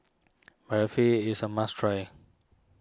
Barfi is a must try